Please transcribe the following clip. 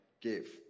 give